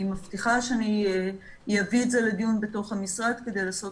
מבטיחה שאני אביא את זה לדיון בתוך המשרד כדי לעשות